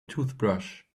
toothbrush